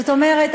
זאת אומרת,